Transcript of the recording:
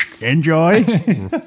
enjoy